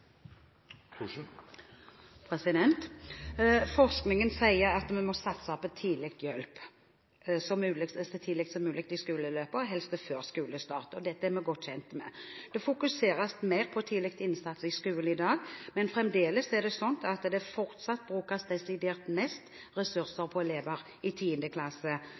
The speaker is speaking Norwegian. Forskningen sier at vi må satse på tidlig hjelp så tidlig som mulig i skoleløpet, helst før skolestart. Dette er vi godt kjent med. Det fokuseres mer på tidlig innsats i skolen i dag, men fremdeles brukes det desidert mest ressurser på elever med lese- og skrivevansker i 10. klasse og minst på de som går i 1. klasse.